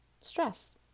stress